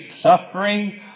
suffering